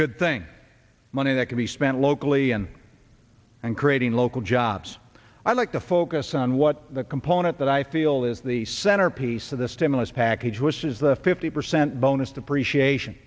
good thing money that can be spent locally and creating local jobs i'd like to focus on what the component that i feel is the centerpiece of the stimulus package which is the fifty percent bonus depreciation